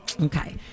Okay